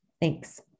Thanks